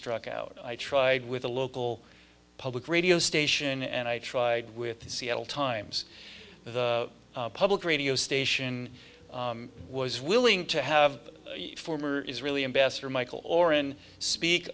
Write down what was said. struck out i tried with a local public radio station and i tried with the seattle times the public radio station was willing to have a former israeli ambassador michael oren speak